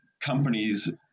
companies